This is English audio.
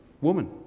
woman